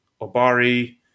obari